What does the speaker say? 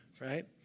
Right